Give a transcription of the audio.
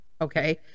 Okay